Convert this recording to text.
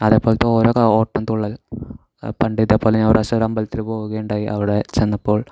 അതേപോലത്തെ ഓരോ ഓട്ടംതുള്ളൽ പണ്ട് ഇതേപോലെ ഞാൻ ഒരു പ്രാവശ്യം ഒരു അമ്പലത്തിൽ പോവുകയുണ്ടായി അവിടെ ചെന്നപ്പോൾ